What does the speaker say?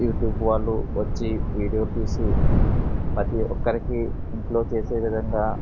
YouTube వాళ్ళు వచ్చి వీడియోలు తీసి ప్రతీ ఒక్కరికి ఇంట్లో చేసే విధంగా